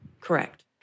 Correct